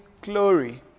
glory